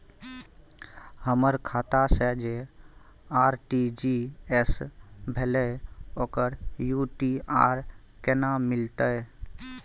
हमर खाता से जे आर.टी.जी एस भेलै ओकर यू.टी.आर केना मिलतै?